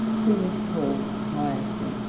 who was called hyacinth.